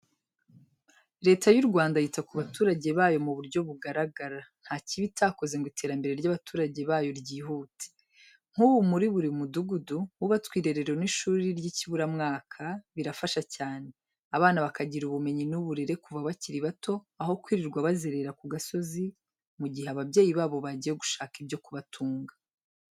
Leta y'u Rwanda yita ku baturage bayo mu buryo bugaragara, ntacyo iba itakoze ngo iterambere ry'abaturage bayo ryihute. Nk'ubu muri buri mudugudu hubatswe irerero n'ishuri ry'ikiburamwaka, birafasha cyane, abana bakagira ubumenyi n'uburere kuva bakiri bato aho kwirirwa bazerera ku gasozi, mu gihe ababyeyi babo bagiye gushaka ibyo kubatunga.